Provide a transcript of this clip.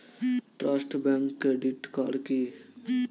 Trust bank credit card কি?